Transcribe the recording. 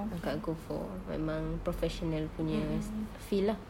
akak go for memang professional punya field lah